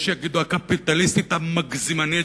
יש שיגידו "הקפיטליסטית המגזימנית",